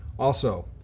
also,